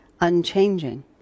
unchanging